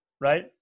Right